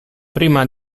prima